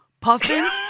puffins